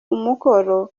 umukoro